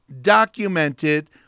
documented